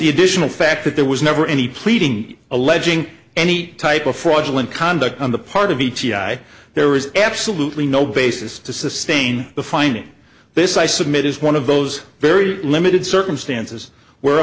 the additional fact that there was never any pleading alleging any type of fraudulent conduct on the part of d t i there is absolutely no basis to sustain the finding this i submit is one of those very limited circumstances where